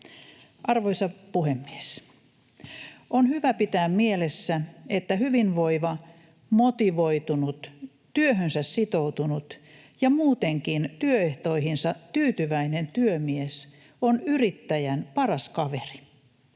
Arvoisa puhemies! On hyvä pitää mielessä, että hyvinvoiva, motivoitunut, työhönsä sitoutunut ja muutenkin työehtoihinsa tyytyväinen työmies on yrittäjän paras kaveri.